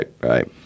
Right